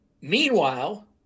meanwhile